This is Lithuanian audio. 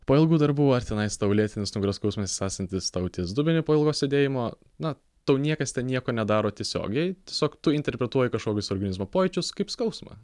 po ilgų darbų ar tenais tau lėtinis nugaros skausmas esantis tau ties dubeniu po ilgo sėdėjimo na tau niekas ten nieko nedaro tiesiogiai tiesiog tu interpretuoji kažkokius organizmo pojūčius kaip skausmą